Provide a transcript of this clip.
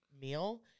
meal